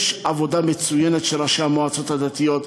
יש עבודה מצוינת של ראשי המועצות הדתיות,